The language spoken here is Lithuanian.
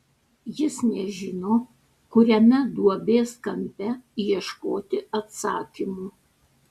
jis nežino kuriame duobės kampe ieškoti atsakymų